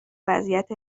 وضعیت